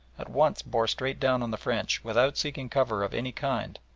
at once bore straight down on the french without seeking cover of any kind,